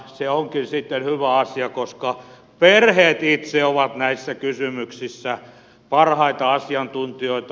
se onkin sitten hyvä asia koska perheet itse ovat näissä kysymyksissä parhaita asiantuntijoita